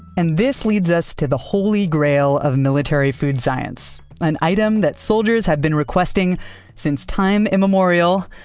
and this leads us to the holy grail of military food science, an item that soldiers have been requesting since time immemorial,